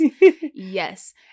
Yes